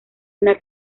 una